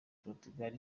portugal